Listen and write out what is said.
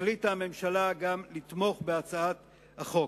החליטה הממשלה גם לתמוך בהצעת החוק.